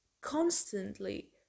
constantly